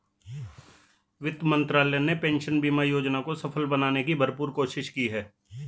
वित्त मंत्रालय ने पेंशन बीमा योजना को सफल बनाने की भरपूर कोशिश की है